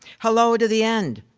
hello to the end,